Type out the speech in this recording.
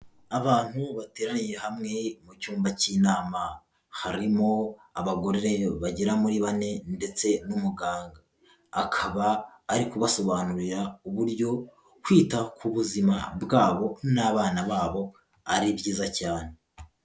Abantu bateraniye hamwe mu cyumba cy'inama harimo abagore bagera muri bane ndetse n'umuganga, akaba ari kubasobanurira uburyo kwita ku buzima bwabo n'abana babo ari byiza cyane.